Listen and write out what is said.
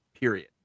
Period